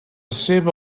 seva